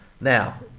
now